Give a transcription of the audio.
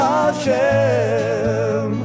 Hashem